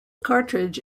cartridge